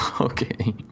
okay